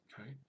Okay